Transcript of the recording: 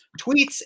tweets